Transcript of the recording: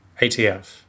ATF